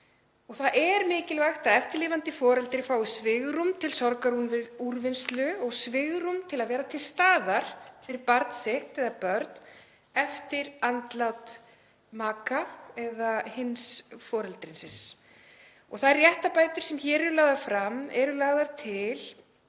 Það er mikilvægt að eftirlifandi foreldri fái svigrúm til sorgarúrvinnslu og svigrúm til að vera til staðar fyrir barn sitt eða börn eftir andlát makans eða hins foreldrisins. Þær réttarbætur sem hér eru lagðar fram eru lagðar til